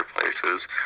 places